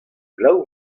glav